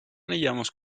anillamos